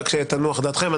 רק שתנוח דעתכם,